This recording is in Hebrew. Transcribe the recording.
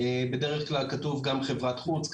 בדרך כלל כתוב גם חברת חוץ,